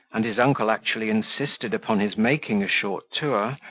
and his uncle actually insisted upon his making a short tour,